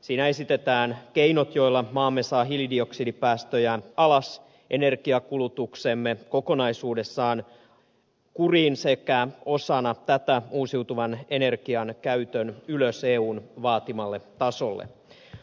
siinä esitetään keinot joilla maamme saa hiilidioksidipäästöjään alas energiankulutuksemme kokonaisuudessaan kuriin sekä osana tätä uusiutuvan energian käytön ylös eun vaatimalle tasolle